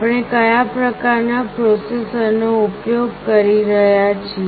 આપણે કયા પ્રકારનાં પ્રોસેસરનો ઉપયોગ કરી રહ્યા છીએ